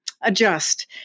adjust